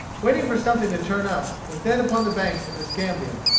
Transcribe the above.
waiting for something to turn up was then upon the banks of the scambia.